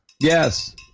Yes